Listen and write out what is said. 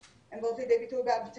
הן באות לידי ביטוי באלימות,